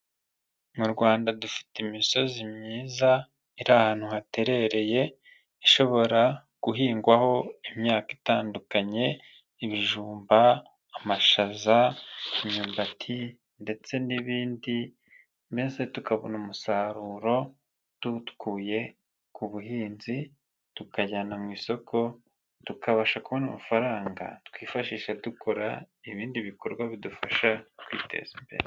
Mu rwanda dufite imisozi myiza iri ahantu haterereye ishobora guhingwaho imyaka itandukanye, ibijumba, amashaza, imyumbati ndetse n'ibindi, maze tukabona umusaruro tuwukuye ku buhinzi tukajyana mu isoko tukabasha kubona amafaranga twifashisha dukora ibindi bikorwa bidufasha kwiteza imbere.